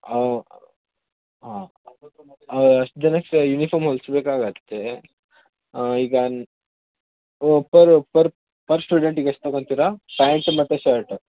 ಆವ್ ಹಾಂ ಅಷ್ಟು ಜನಕ್ಕೆ ಯೂನಿಫಾಮ್ ಹೊಲಿಸಬೇಕಾಗುತ್ತೆ ಈಗ ಪರ್ ಸ್ಟೂಡೆಂಟಿಗೆಷ್ಟು ತಗೊತೀರಾ ಪ್ಯಾಂಟು ಮತ್ತು ಶರ್ಟ್